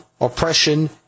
oppression